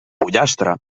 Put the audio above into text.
pollastre